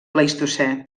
plistocè